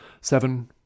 Seven